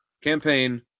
campaign